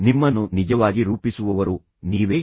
ನಿಮ್ಮನ್ನು ನಿಜವಾಗಿ ರೂಪಿಸುವವರು ನೀವೇ